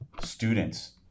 students